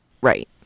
right